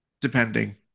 depending